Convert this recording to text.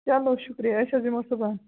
چَلو شُکریہ أسۍ حظ یِمو صُبحَن